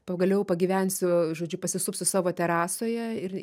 pagaliau pagyvensiu žodžiu pasisupsiu savo terasoje ir